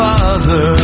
Father